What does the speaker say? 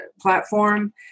platform